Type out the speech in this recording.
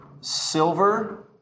silver